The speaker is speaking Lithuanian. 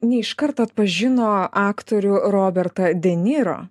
ne iš karto atpažino aktorių robertą deniro